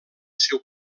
seu